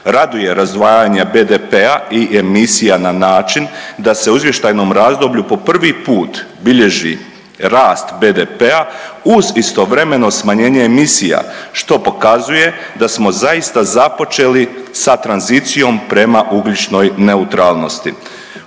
Raduje razdvajanje BDP-a i emisija na način da se u izvještajnom razdoblju po prvi put bilježi rast BDP-a uz istovremeno smanjenje emisija što pokazuje da smo zaista započeli sa tranzicijom prema ugljičnoj neutralnosti.